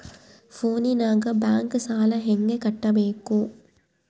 ಫೋನಿನಾಗ ಬ್ಯಾಂಕ್ ಸಾಲ ಹೆಂಗ ಕಟ್ಟಬೇಕು?